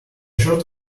short